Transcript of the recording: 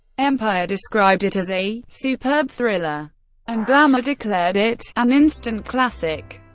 empire described it as a superb thriller and glamour declared it an instant classic.